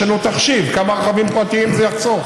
יש לנו תחשיב של כמה רכבים פרטיים זה יחסוך,